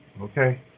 okay